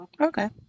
Okay